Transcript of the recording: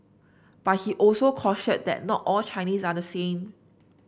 but he also cautioned that not all Chinese are the same